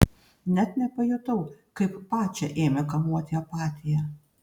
net nepajutau kaip pačią ėmė kamuoti apatija